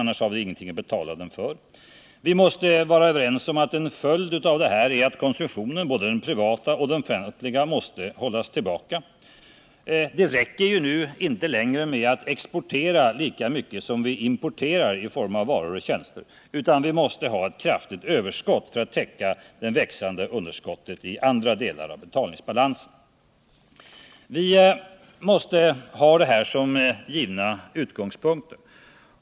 Annars har vi ingenting att betala med. Vi måste vara överens om att en följd av detta är att konsumtionen, både den privata och den offentliga, måste hållas tillbaka. Det räcker inte längre med att exportera lika mycket som vi importerar i form av varor och tjänster, utan vi måste ha ett kraftigt exportöverskott för att täcka det växande underskottet i andra delar av betalningsbalansen. Vi måste alltså ha detta som givna utgångspunkter.